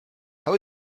how